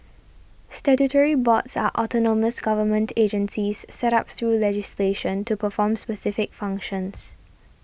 statutory boards are autonomous government agencies set up through legislation to perform specific functions